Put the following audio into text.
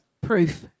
Proof